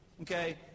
Okay